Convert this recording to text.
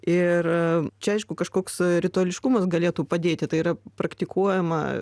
ir čia aišku kažkoks rituališkumas galėtų padėti tai yra praktikuojama